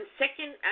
second